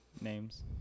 Names